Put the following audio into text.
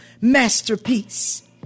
masterpiece